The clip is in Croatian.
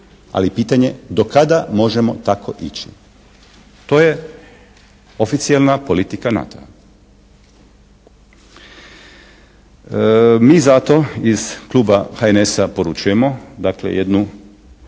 je pitanje do kada možemo tako ići. To je oficijelna politika NATO-a. Mi zato iz kluba HNS-a poručujemo dakle